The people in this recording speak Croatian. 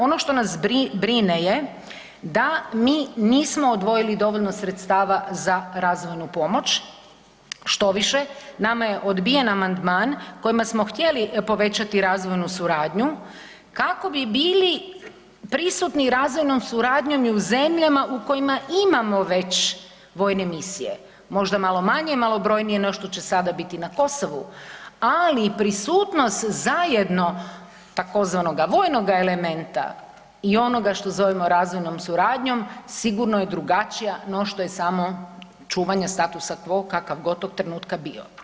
Ono što nas brine je da mi nismo odvojili dovoljno sredstava za razvojnu pomoć, štoviše nama je odbijen amandman kojim smo htjeli povećati razvojnu suradnju kako bi bili prisutni razvojnom suradnjom i u zemljama u kojima imamo već vojne misije, možda malo manje malobrojnije no što će sada biti na Kosovu, ali prisutnost zajedno tzv. vojnoga elementa i onoga što zovemo razvojnom suradnjom sigurno je drugačija no samo je čuvanja statusa quo kakav god tog trenutka bio.